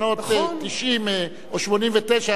בשנת 1990 או 1989,